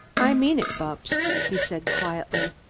i mean it, bupps, he said quietly.